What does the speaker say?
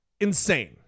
insane